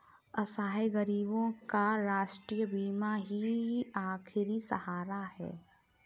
असहाय गरीबों का राष्ट्रीय बीमा ही आखिरी सहारा है